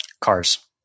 Cars